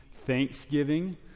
thanksgiving